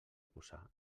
posar